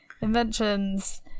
inventions